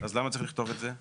אז למה צריך לכתוב את זה?